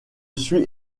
suis